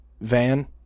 van